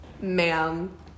ma'am